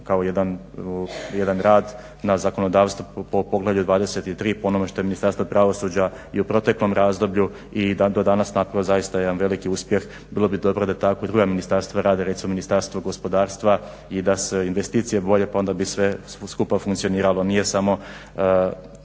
kao jedan rad na zakonodavstvu po poglavlju 23, po onome što je Ministarstvo pravosuđa i u proteklom razdoblju i do danas napravio jedan veliki uspjeh. Bilo bi dobro da tako i druga ministarstva rade, recimo Ministarstvo gospodarstva i da su investicije bolje pa bi onda sve puno bolje funkcioniralo. Nije samo